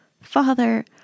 Father